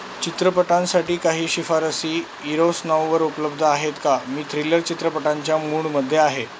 चित्रपटांसाठी काही शिफारसी इरोस नाऊवर उपलब्ध आहेत का मी थ्रिलर चित्रपटांच्या मूडमध्ये आहे